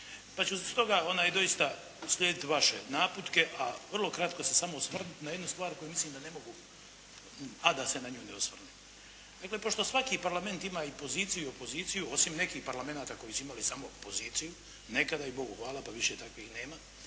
Pa ću stoga doista slijediti vaše naputke a vrlo kratko se samo osvrnuti na jednu stvar koju mislim da ne mogu a da se na nju ne osvrnem. Dakle, pošto svaki parlament ima i poziciju i opoziciju osim nekih parlamenata koji su imali samo poziciju nekada i Bogu hvala pa više takvih nema,